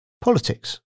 politics